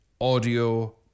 audio